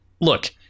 look